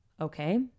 Okay